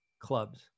clubs